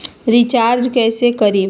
Recharge कैसे करीब?